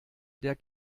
der